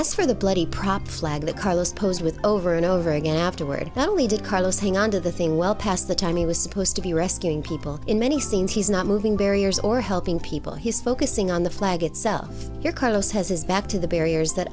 bloody prop flag the carlos pose with over and over again afterward that only did carlos hang on to the thing well past the time he was supposed to be rescuing people in many scenes he's not moving barriers or helping people he's focusing on the flag itself here carlos has his back to the barriers that